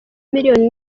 miliyoni